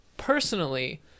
Personally